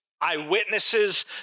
eyewitnesses